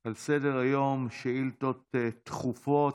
על סדר-היום, שאילתות דחופות.